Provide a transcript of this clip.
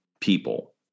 people